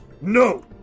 No